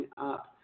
up